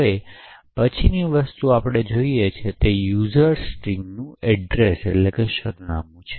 હવે પછીની વસ્તુ જે આપણે ખરેખર જોઈએ છીએ તે યુઝર સ્ટ્રિંગનું સરનામું છે